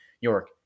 York